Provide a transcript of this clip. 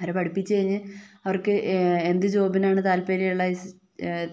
അവരെ പഠിപ്പിച്ച് കഴിഞ്ഞ് അവർക്ക് എന്ത് ജോബിനാണ് താല്പര്യം എന്നുവെച്ചാല്